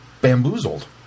bamboozled